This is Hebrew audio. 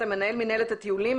אתה מנהל מינהלת הטיולים,